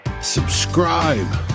subscribe